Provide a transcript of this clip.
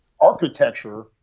architecture